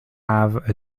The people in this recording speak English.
have